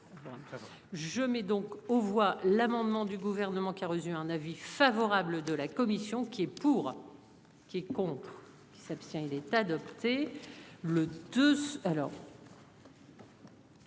Je mets donc aux voix l'amendement du gouvernement qui a reçu un avis favorable de la commission. Qui est pour. Qui compte. Qui s'abstient il est adopté le audit. Alors.